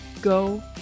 Go